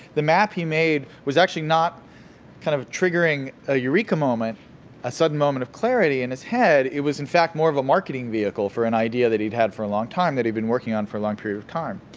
the map he made was actually not kind of triggering a eureka moment a sudden moment of clarity in his head it was, in fact, more of a marketing vehicle for an idea that he'd had for a long time that he'd been working on for a long period of time.